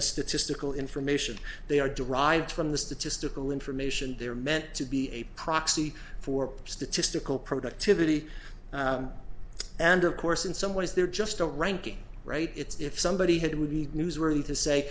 as statistical information they are derived from the statistical information they're meant to be a proxy for statistical productivity and of course in some ways they're just don't ranking right it's if somebody had it would be newsworthy to say